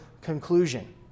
conclusion